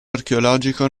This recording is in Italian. archeologico